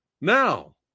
Now